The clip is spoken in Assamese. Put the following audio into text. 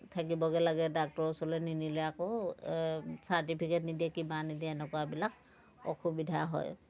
থাকিবগৈ লাগে ডাক্টৰৰ ওচৰলৈ নিনিলে আকৌ চাৰ্টিফিকেট নিদিয়ে কিবা নিদিয়ে এনেকুৱাবিলাক অসুবিধা হয়